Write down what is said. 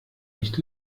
nicht